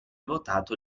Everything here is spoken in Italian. votato